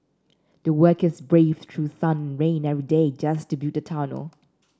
the workers braved through sun and rain every day just to build the tunnel